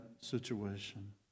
situation